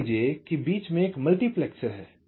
मान लीजिए कि बीच में एक मल्टीप्लेक्सर है